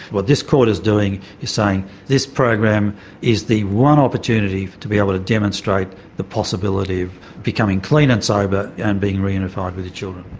what this court is doing is saying this program is the one opportunity to be able to demonstrate the possibility of becoming clean and sober and being reunified with your children.